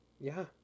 Yeah